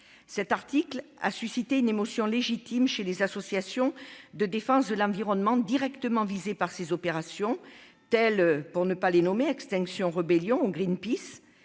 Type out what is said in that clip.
Cet article a suscité une émotion légitime parmi les associations de défense de l'environnement directement visées par ces opérations, telles qu'Extinction Rebellion ou Greenpeace,